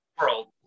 world